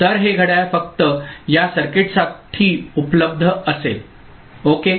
तर हे घड्याळ फक्त या सर्किट साठी उपलब्ध असेल ओके